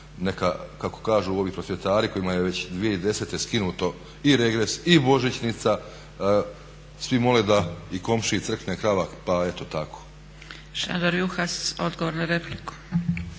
neka, kako kažu ovi prosvjetari kojima je već 2010. skinuto i regres i božićnica, svi mole da i komšiji crkne krava pa eto tako. **Zgrebec, Dragica